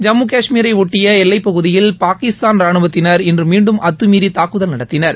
ஜம்மு காஷ்மீரை ஒட்டிய எல்லைப் பகுதியில் பாகிஸ்தான் ரானுவத்தினர் இன்று மீண்டும் அத்துமீறி தாக்கல் நடத்தினர்